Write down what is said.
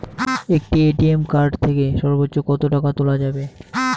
একটি ATM card থেকে সর্বোচ্চ কত টাকা তোলা যাবে?